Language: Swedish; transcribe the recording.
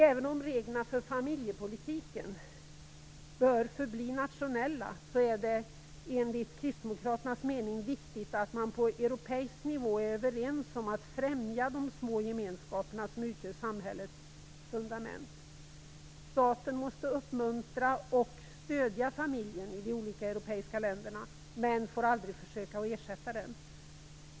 Även om reglerna för familjepolitiken bör förbli nationella är det enligt kristdemokraternas mening viktigt att man på europeisk nivå är överens om att främja de små gemenskaperna som utgör samhällets fundament. Staten måste uppmuntra och stödja familjen i de olika europeiska länderna, men den får aldrig försöka ersätta den.